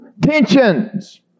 tensions